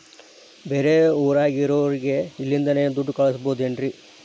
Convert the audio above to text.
ಬೇರೆ ಊರಾಗಿರೋರಿಗೆ ಇಲ್ಲಿಂದಲೇ ದುಡ್ಡು ಕಳಿಸ್ಬೋದೇನ್ರಿ?